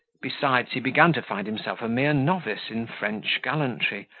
besides, he began to find himself a mere novice in french gallantry,